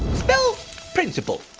spell principle,